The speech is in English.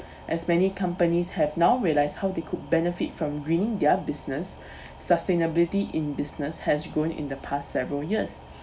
as many companies have now realised how they could benefit from greening their business sustainability in business has grown in the past several years